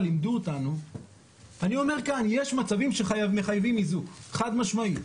אני אומר כאן, יש מצבים שמחייבים איזוק חד משמעית.